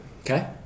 okay